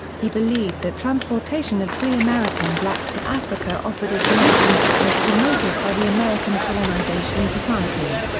he believed that transportation of free american blacks to africa offered a solution, as promoted by the american colonization society.